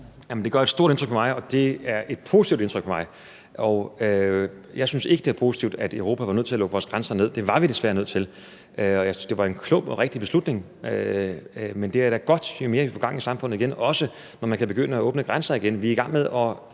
Det gør stort indtryk på mig, og det er et positivt indtryk, det har på mig. Jeg synes ikke, det var positivt, at Europa var nødt til at lukke grænserne ned, men det var vi desværre nødt til, og jeg syntes, det var en klog og rigtig beslutning. Men det er da godt, jo mere vi får gang i samfundet igen, også når man kan begynde at åbne grænser igen. Vi er i gang med med